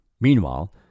Meanwhile